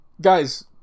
guys